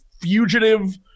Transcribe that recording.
fugitive-